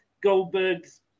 Goldberg's